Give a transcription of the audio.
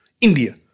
India